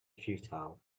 futile